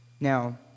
Now